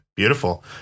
Beautiful